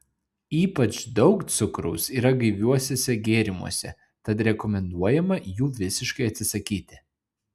ypač daug cukraus yra gaiviuosiuose gėrimuose tad rekomenduojama jų visiškai atsisakyti